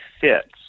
fits